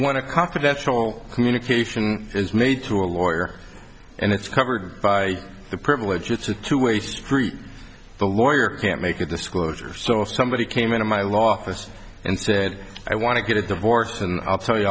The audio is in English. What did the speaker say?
one a confidential communication is made to a lawyer and it's covered by the privilege it's a two way street the lawyer can't make a disclosure so if somebody came into my law and said i want to get a divorce and i'll tell you